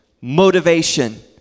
motivation